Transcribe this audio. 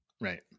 Right